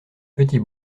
petit